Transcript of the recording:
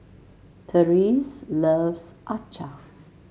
Therese loves acar